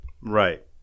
Right